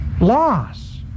loss